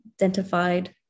identified